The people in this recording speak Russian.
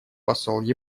посол